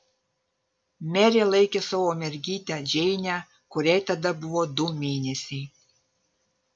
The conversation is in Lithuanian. merė laikė savo mergytę džeinę kuriai tada buvo du mėnesiai